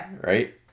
Right